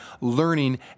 learning